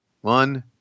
One